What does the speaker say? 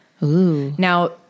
Now